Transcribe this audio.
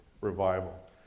revival